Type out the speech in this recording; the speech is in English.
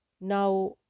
now